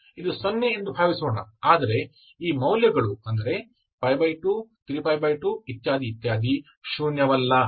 ಇದು 0 ಎಂದು ಭಾವಿಸೋಣ ಆದರೆ ಈ ಮೌಲ್ಯಗಳು 23π2 ಶೂನ್ಯವಲ್ಲ